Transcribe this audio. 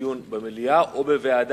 לדיון במליאה או בוועדה.